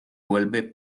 vuelve